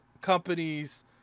companies